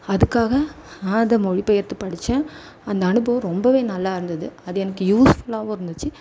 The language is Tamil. அதுக்காக நான் அதை மொழிபெயர்த்துப் படித்தேன் அந்த அனுபவம் ரொம்பவே நல்லா இருந்தது அது எனக்கு யூஸ்ஃபுலாகவும் இருந்திச்சு